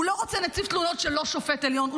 הוא לא רוצה נציב תלונות שהוא לא שופט עליון.